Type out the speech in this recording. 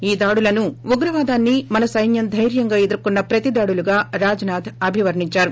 ఈ దాడులను ఉగ్రవాదాన్ని మన సైన్యం ధైర్యంగా ఎదుర్కొన్న ప్రతిదాడులుగా రాజ్నాధ్ అభివర్ణించారు